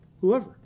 whoever